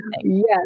Yes